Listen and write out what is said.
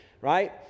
right